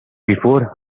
before